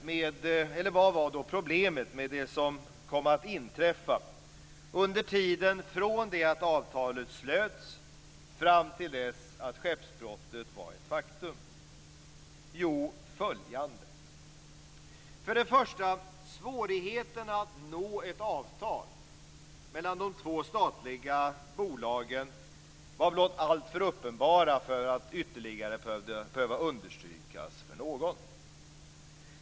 Vad var då problemet med det som kom att inträffa under tiden från det att avtalet slöts och fram till dess att skeppsbrottet var ett faktum? Jo, följande. För det första: Svårigheterna att nå ett avtal mellan de två statliga bolagen var blott alltför uppenbara för att ytterligare behöva understrykas för någon.